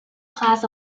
class